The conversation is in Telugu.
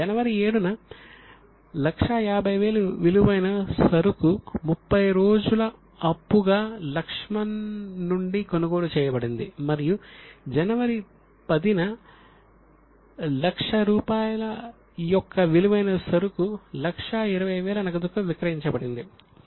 జనవరి 7 న 150000 విలువైన సరుకు 30 రోజుల అప్పుగా లక్ష్మణ్ నుండి కొనుగోలు చేయబడింది మరియు జనవరి 10 న 100000 యొక్క విలువైన సరుకు 120000 నగదుకు విక్రయించబడింది